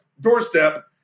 doorstep